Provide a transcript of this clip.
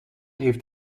heeft